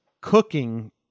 cooking